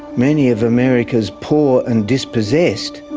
many of america's poor and dispossessed,